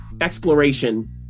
exploration